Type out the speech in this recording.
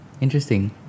Interesting